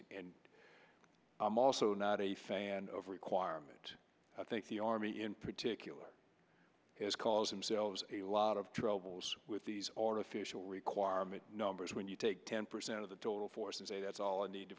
replacing and i'm also not a fan of requirement i think the army in particular is causing selves a lot of troubles with these artificial requirement numbers when you take ten percent of the total force as a that's all i need to